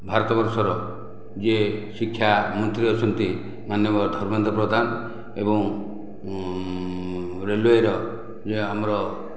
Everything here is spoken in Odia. ଭାରତବର୍ଷର ଯିଏ ଶିକ୍ଷା ମନ୍ତ୍ରୀ ଅଛନ୍ତି ମାନ୍ୟବର ଧର୍ମେନ୍ଦ୍ର ପ୍ରଧାନ ଏବଂ ରେଲୱେର ଇଏ ଆମର